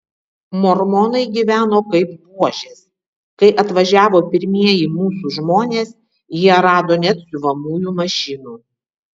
mormonai gyveno kaip buožės kai atvažiavo pirmieji mūsų žmonės jie rado net siuvamųjų mašinų